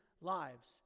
lives